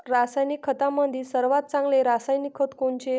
रासायनिक खतामंदी सर्वात चांगले रासायनिक खत कोनचे?